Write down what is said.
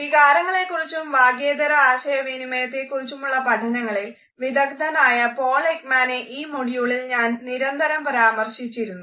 വികാരങ്ങളെക്കുറിച്ചും വാക്യേതര ആശയവിനിമയത്തെക്കുറിച്ചുമുള്ള പഠനങ്ങളിൽ വിദഗ്ദനായ പോൾ എക്മാനെ ഈ മോഡ്യൂളിൽ ഞാൻ നിരന്തരം പരാമർശിച്ചിരുന്നു